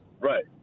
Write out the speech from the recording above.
right